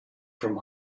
from